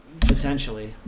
potentially